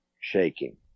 shaking